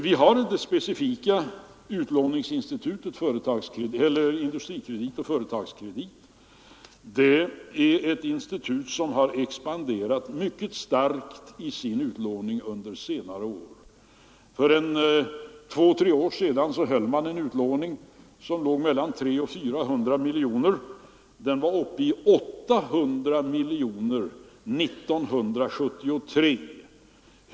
Vi har de specifika utlåningsinstituten Industrikredit och Företagskredit, som har expanderat mycket starkt i sin utlåning under senare år. För två tre år sedan höll man en utlåning av mellan 300 och 400 miljoner kronor. År 1973 var utlåningen uppe i 800 miljoner.